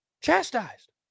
Chastised